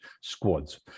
squads